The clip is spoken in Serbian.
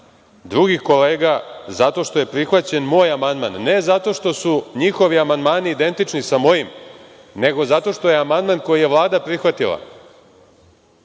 drugih kolega zato što je prihvaćen moj amandman, ne zato što su njihovi amandmani identični sa mojim, nego zato što je amandman koji je Vlada prihvatila